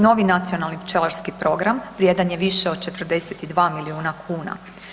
Novi nacionalni pčelarski program vrijedan je više od 42 milijuna kuna.